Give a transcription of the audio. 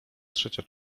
trzecia